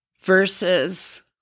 Verses